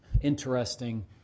interesting